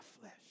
flesh